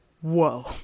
whoa